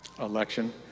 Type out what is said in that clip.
election